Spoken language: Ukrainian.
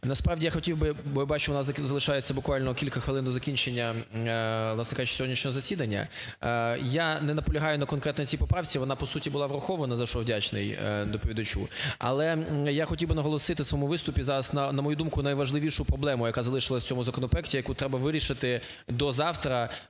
Насправді я хотів би, бачу у нас залишається буквально кілька хвилин до закінчення, власне кажучи, сьогоднішнього засідання, я не наполягаю на конкретно цій поправці, вона по суті була врахована, за що вдячний доповідачу. Але я хотів би наголосити у своєму виступі зараз, на мою думку, на найважливішу проблему, яка залишилися в цьому законопроекті, яку треба вирішити до завтра,